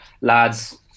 lads